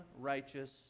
righteous